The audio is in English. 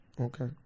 Okay